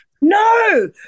No